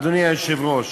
אדוני היושב-ראש: